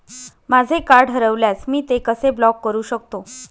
माझे कार्ड हरवल्यास मी ते कसे ब्लॉक करु शकतो?